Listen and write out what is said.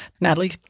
Natalie